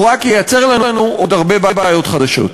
הוא רק ייצר לנו עוד הרבה בעיות חדשות.